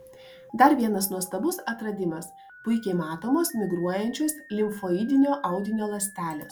dar vienas nuostabus atradimas puikiai matomos migruojančios limfoidinio audinio ląstelės